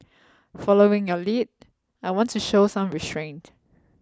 following your lead I want to show some restraint